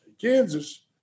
Kansas